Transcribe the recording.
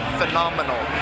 phenomenal